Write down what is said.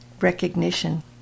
Recognition